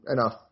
enough